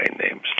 names